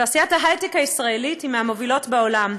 תעשיית ההיי-טק הישראלית היא מהמובילות בעולם,